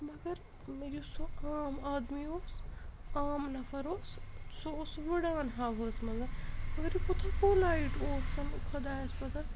مگر یُس سُہ عام آدمی اوس عام نَفَر اوس سُہ اوس وٕڑان ہَوہَس منٛز مگر یہِ کوٗتاہ پولایِٹ اوس خۄدایَس پَتھ